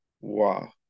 wow